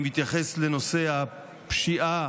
אני מתייחס לנושא הפשיעה